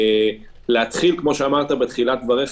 באמת להתחיל לצמוח.